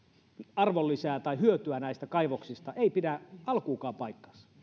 arvonlisää tai hyötyä näistä kaivoksista ei pidä alkuunkaan paikkaansa